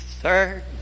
third